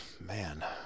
Man